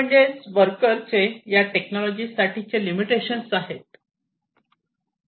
म्हणजेच वर्कर चे या टेक्नॉलॉजी साठी लिमिटेशन्स आहेत